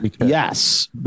Yes